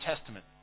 Testament